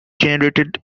generated